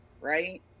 right